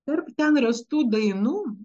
tarp ten rastų dainų